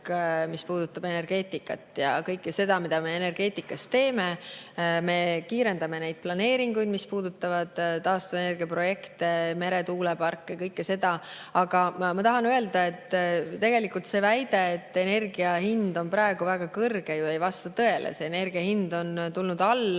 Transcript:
mis puudutab energeetikat ja kõike seda, mida me energeetikas teeme. Me kiirendame neid planeeringuid, mis puudutavad taastuvenergiaprojekte, meretuuleparke, kõike seda. Aga ma tahan öelda, et tegelikult see väide, et energia hind on praegu väga kõrge, ei vasta ju tõele. Energia hind on tulnud alla